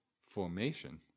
formation